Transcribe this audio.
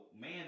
man